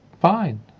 fine